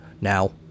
Now